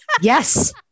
Yes